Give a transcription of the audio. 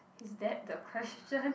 is that the question